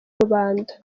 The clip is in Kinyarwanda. rubanda